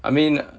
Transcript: I mean